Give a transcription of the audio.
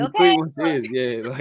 okay